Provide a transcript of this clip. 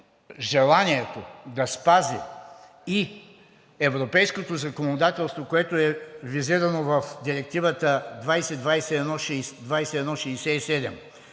желанието да спази и европейското законодателство, което е визирано в Директива 2021/67,